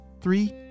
Three